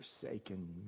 forsaken